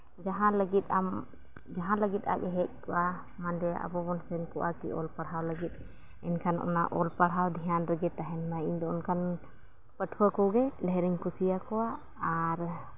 ᱡᱟᱦᱟᱸ ᱞᱟᱹᱜᱤᱫ ᱟᱢ ᱡᱟᱦᱟᱸ ᱞᱟᱹᱜᱤᱫ ᱟᱡᱼᱮ ᱦᱮᱡ ᱠᱚᱜᱼᱟ ᱢᱟᱱᱮ ᱟᱵᱚᱵᱚᱱ ᱥᱮᱱ ᱠᱚᱜᱼᱟ ᱠᱤ ᱚᱞ ᱯᱟᱲᱦᱟᱣ ᱞᱟᱹᱜᱤᱫ ᱮᱱᱠᱷᱟᱱ ᱚᱱᱟ ᱚᱞ ᱯᱟᱲᱦᱟᱣ ᱫᱷᱮᱭᱟᱱ ᱨᱮᱜᱮ ᱛᱟᱦᱮᱱᱢᱟ ᱤᱧᱫᱚ ᱚᱱᱠᱟᱱ ᱯᱟᱹᱴᱷᱩᱣᱟᱹ ᱠᱚᱜᱮ ᱰᱷᱮᱨᱤᱧ ᱠᱩᱥᱤᱭᱟ ᱠᱚᱣᱟ ᱟᱨ